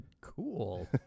Cool